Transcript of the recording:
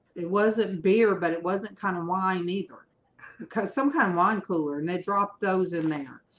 it wasn't beer but it wasn't kind of wine either because some kind of wine cooler and they drop those in there